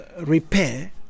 repair